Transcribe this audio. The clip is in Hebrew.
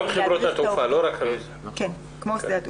הוא לא תג חושפני או משהו מהסוג הזה אלא רק מראה שמותר לך